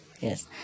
Yes